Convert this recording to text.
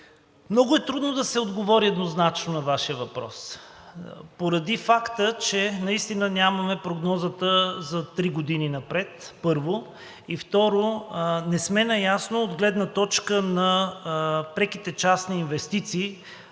много е трудно да се отговори еднозначно на Вашия въпрос, поради факта че наистина нямаме прогнозата за три години напред, първо. И второ, не сме наясно от гледна точка на преките частни инвестиции